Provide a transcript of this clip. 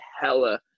hella